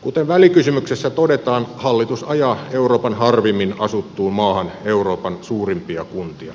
kuten välikysymyksessä todetaan hallitus ajaa euroopan harvimmin asuttuun maahan euroopan suurimpia kuntia